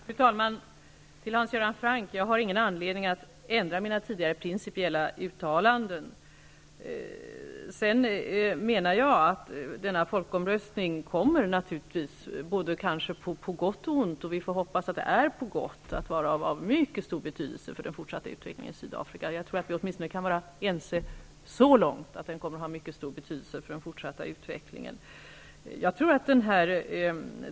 Fru talman! Till Hans-Göran Franck: Jag har ingen anledning att ändra mina tidigare principiella uttalanden. Sedan menar jag att folkomröstningen naturligtvis blir på både gott och ont. Vi får hoppas att den blir på gott och att den kommer att bli av mycket stor betydelse för den fortsatta utvecklingen i Sydafrika. Jag tror att vi åtminstone kan vara eniga om att den kommer att ha mycket stor betydelse för den fortsatta utvecklingen.